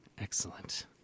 Excellent